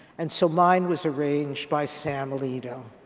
and so mine was arranged by sam alito.